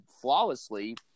flawlessly